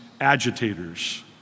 agitators